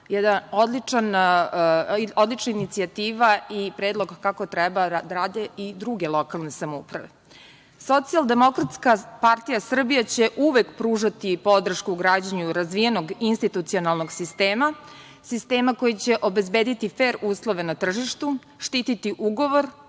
Jedna odlična inicijativa i predlog kako treba da rade i druge lokalne samouprave. Socijaldemokratska partija Srbije će uvek pružati podršku u građenju razvijenog institucionalnog sistema, sistema koji će obezbediti fer uslove na tržištu, štiti ugovor,